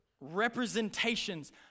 representations